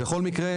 בכל מקרה,